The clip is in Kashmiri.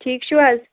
ٹھیٖک چھِو حظ